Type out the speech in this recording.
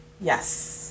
Yes